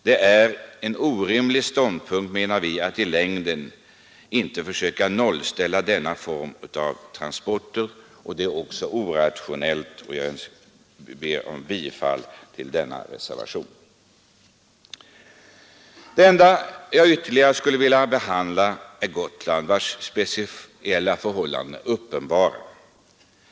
Det är en i längden orimlig ståndpunkt, menar vi, att inte försöka nollställa denna form av transporter, och det är också orationellt. Jag hemställer om bifall till reservation 2. Det enda jag ytterligare skulle vilja behandla är Gotland, vars speciella förhållanden är uppenbara.